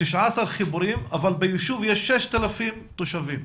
19 חיבורים אבל ביישוב יש 6,000 תושבים.